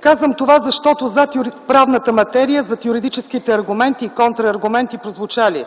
Казвам това, защото зад правната материя, зад юридическите аргументи и контрааргументи, прозвучали